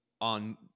on